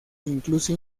incluso